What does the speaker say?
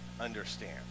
understand